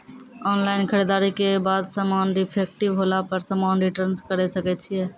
Online खरीददारी के बाद समान डिफेक्टिव होला पर समान रिटर्न्स करे सकय छियै?